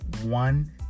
one